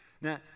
Now